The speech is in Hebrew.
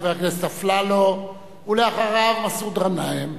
חבר הכנסת אפללו, ואחריו, חבר הכנסת מסעוד גנאים.